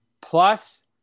Plus